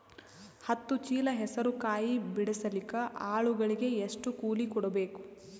ಹತ್ತು ಚೀಲ ಹೆಸರು ಕಾಯಿ ಬಿಡಸಲಿಕ ಆಳಗಳಿಗೆ ಎಷ್ಟು ಕೂಲಿ ಕೊಡಬೇಕು?